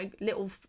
little